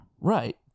Right